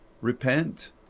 repent